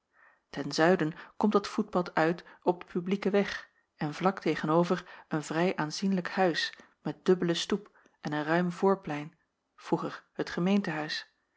ten zuiden komt dat voetpad uit op den publieken weg en vlak tegen-over een vrij aanzienlijk huis met dubbelen stoep en een ruim voorplein vroeger het gemeentehuis